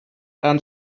and